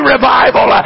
revival